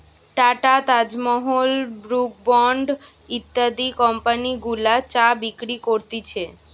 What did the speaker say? tata, Taj Mahal, Brooke Bond ইত্যাদি company গুলা চা বিক্রি করতিছে